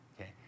okay